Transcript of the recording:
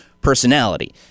personality